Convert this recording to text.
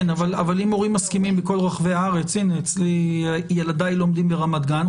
אם הורים מסכימים בכל רחבי הארץ ילדיי לומדים ברמת גן,